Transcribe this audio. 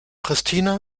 pristina